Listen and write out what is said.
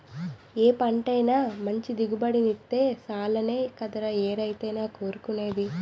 ఏ పంటైనా మంచి దిగుబడినిత్తే సాలనే కదా ఏ రైతైనా కోరుకునేది?